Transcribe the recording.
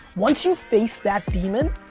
once you face that demon,